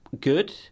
good